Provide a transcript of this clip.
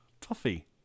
Toffee